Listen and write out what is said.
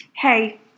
Hey